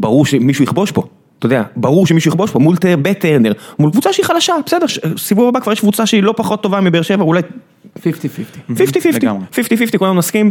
ברור שמישהו יכבוש פה, אתה יודע, ברור שמישהו יכבוש פה מול ביט טרנר, מול קבוצה שהיא חלשה, בסדר, סיבוב הבא כבר יש קבוצה שהיא לא פחות טובה מבר שבע, אולי 50-50, 50-50, 50-50, כולנו נסכים,